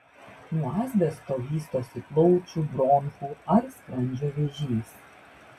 nuo asbesto vystosi plaučių bronchų ar skrandžio vėžys